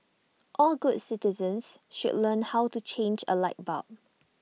all good citizens should learn how to change A light bulb